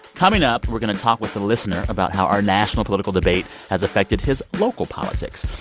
coming up, we're going to talk with a listener about how our national political debate has affected his local politics.